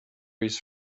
his